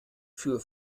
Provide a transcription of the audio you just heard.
für